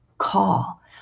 call